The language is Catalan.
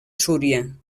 súria